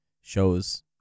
shows